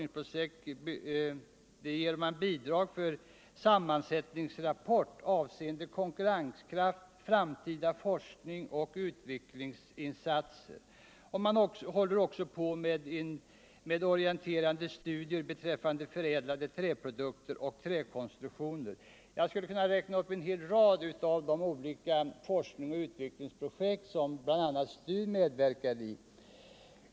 Sammansättningsrapport avseende konkurrenskraft, framtida forskningsoch utvecklingsinsatser. Man håller också på med orienterande studier beträffande förädlade träprodukter och träkonstruktioner. Jag skulle kunna räkna upp en hel rad forskningsoch utvecklingsprojekt som bl.a. STU medverkar i.